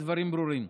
והדברים ברורים.